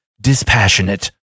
dispassionate